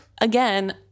again